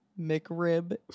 McRib